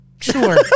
Sure